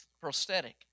prosthetic